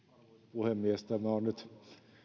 puhemies tämä on nyt